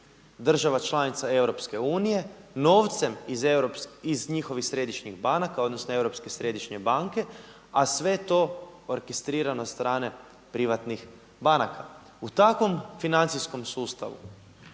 država članica EU novcem iz njihovih središnjih banaka, odnosno Europske središnje banke a sve to orkestrirano sa strane privatnih banaka. U takvom financijskom sustavu